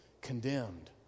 condemned